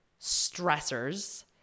stressors